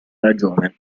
ragione